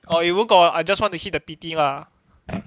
or if 如果 I just want to hit the pity lah